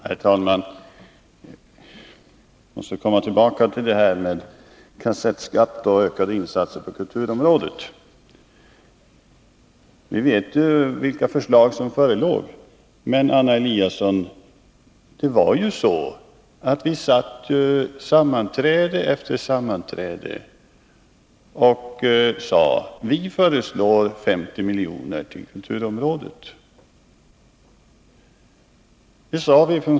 Herr talman! Jag måste komma tillbaka till detta med kassettskatt och ökade insatser på kulturområdet. Vi vet vilka förslag som förelåg. Men, Anna Eliasson, det var ju så att vi från socialdemokratiskt håll sade, vid sammanträde efter sammanträde: Vi föreslår 50 milj.kr. till kulturområdet.